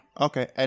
Okay